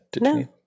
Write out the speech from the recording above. No